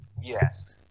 Yes